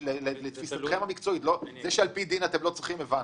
את זה שעל פי דין אתם לא צריכים הבנו.